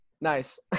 nice